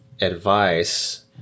advice